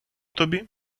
тобі